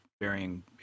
varying